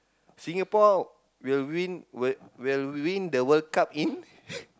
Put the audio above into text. Singapore will win will will win the World-Cup in